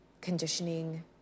conditioning